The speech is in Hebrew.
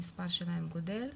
מספר שלהם גודל,